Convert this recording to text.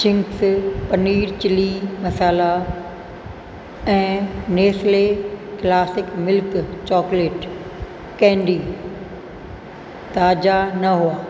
Ching's paneer chilli masala ऐं Nestle classic milk chocolate candy ताज़ा न हुआ